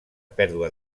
pèrdua